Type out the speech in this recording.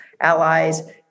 allies